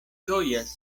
ĝojas